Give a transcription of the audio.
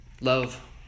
Love